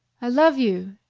i love you,